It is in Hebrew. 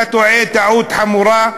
אתה טועה טעות חמורה,